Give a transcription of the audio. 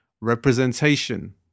representation